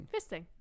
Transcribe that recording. fisting